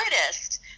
artist